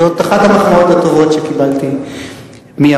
זו אחת המחמאות הטובות שקיבלתי מימי.